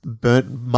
burnt